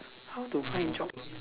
how to find job